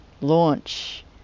launch